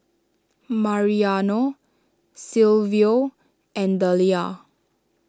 Mariano Silvio and Dellia